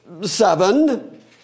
seven